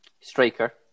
Striker